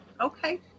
Okay